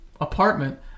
apartment